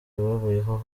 babayeho